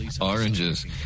Oranges